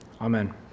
Amen